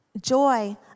Joy